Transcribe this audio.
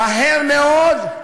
מהר מאוד,